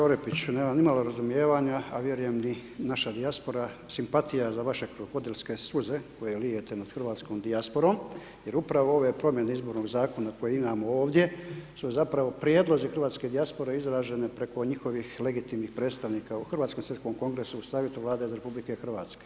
Orepiću, nemam nimalo razumijevanja, a vjerujem ni naša dijaspora, simpatija za vaše krokodilske suze koje lijete nad hrvatskom dijasporom jer upravo ove promjene izbornog Zakona koje imamo ovdje su zapravo prijedlozi hrvatske dijaspore izražene preko njihovih legitimnih predstavnika u Hrvatskom svjetskom Kongresu u savjetu Vlade RH.